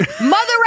mother